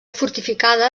fortificada